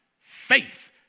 faith